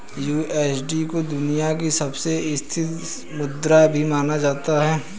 USD को दुनिया की सबसे स्थिर मुद्रा भी माना जाता है